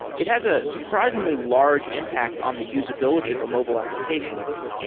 it has a surprisingly large impact on the usability of a mobile application.